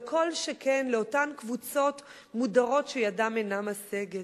לא כל שכן לאותן קבוצות מודרות שידן אינה משגת.